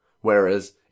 Whereas